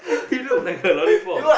he look like a lollipop